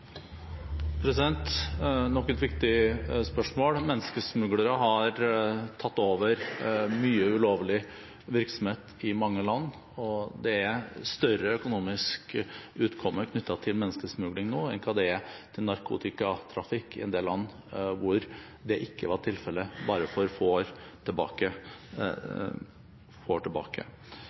Menneskesmuglere har tatt over mye ulovlig virksomhet i mange land, og det er større økonomisk utkomme knyttet til menneskesmugling nå enn hva det er til narkotikatrafikk i en del land hvor det ikke var tilfellet bare for få år tilbake.